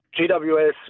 GWS